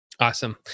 Awesome